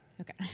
Okay